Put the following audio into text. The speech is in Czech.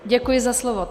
Děkuji za slovo.